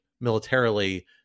militarily